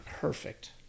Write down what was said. Perfect